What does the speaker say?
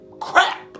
crap